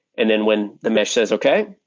and then when the mesh says, okay,